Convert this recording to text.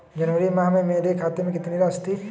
जनवरी माह में मेरे खाते में कितनी राशि थी?